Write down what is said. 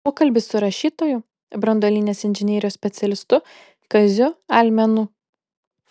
pokalbis su rašytoju branduolinės inžinerijos specialistu kaziu almenu